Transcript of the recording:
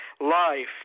life